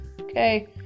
okay